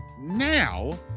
now